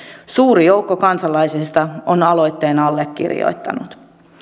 suuri joukko kansalaisista on aloitteen allekirjoittanut